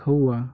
खवा